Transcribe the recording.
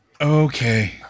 Okay